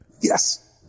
Yes